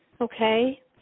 Okay